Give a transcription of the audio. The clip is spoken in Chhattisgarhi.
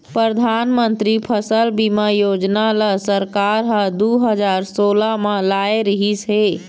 परधानमंतरी फसल बीमा योजना ल सरकार ह दू हजार सोला म लाए रिहिस हे